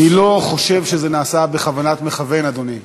אני לא חושב שזה נעשה בכוונת מכוון, אדוני.